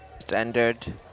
Standard